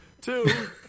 Two